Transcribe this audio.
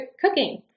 cooking